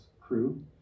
crew